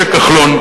משה כחלון,